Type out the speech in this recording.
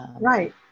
Right